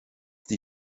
die